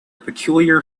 peculiar